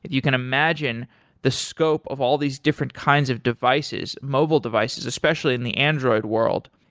you can imagine the scope of all these different kinds of devices, mobile devices, especially in the android world,